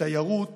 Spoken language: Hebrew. בתיירות